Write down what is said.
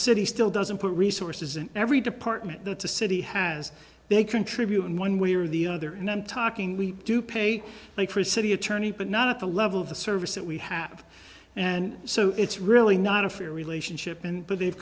city still doesn't put resources in every department that the city has they contribute in one way or the other and i'm talking we do pay for city attorney but not at the level of the service that we have and so it's really not a fair relationship and but they've